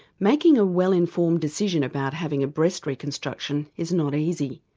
making a well-informed decision about having a breast reconstruction is not easy.